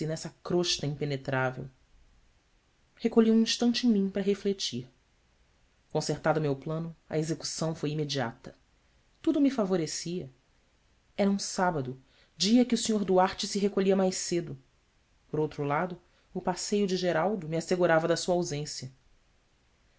nessa crosta impenetrável recolhi um instante em mim para refletir concertado meu plano a execução foi imediata tudo me favorecia era um sábado dia em que o sr duarte se recolhia mais cedo por outro lado o passeio de geraldo me assegurava da sua ausência